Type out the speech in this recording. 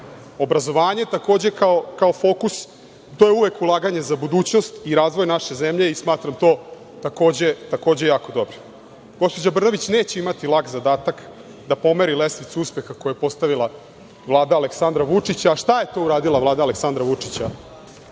evra. Obrazovanje takođe kao fokus, to je uvek ulaganje za budućnost i razvoj naše zemlje i smatram to, takođe, jako dobrim. Gospođa Brnabić neće imati lak zadatak da pomeri lestvicu uspeha koju je postavila Vlada Aleksandra Vučića. Šta je to uradila Vlada Aleksandra Vučića?